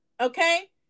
okay